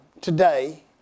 today